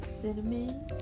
cinnamon